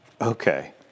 Okay